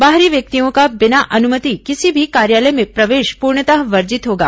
बाहरी व्यक्तियों का बिना अनुमति किसी भी कार्यालय में प्रवेश पूर्णतः वर्जित होगा